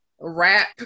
rap